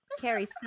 Carrie